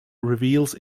revels